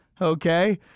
Okay